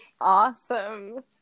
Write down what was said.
Awesome